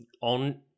on